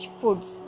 foods